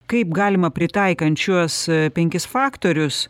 kaip galima pritaikant šiuos penkis faktorius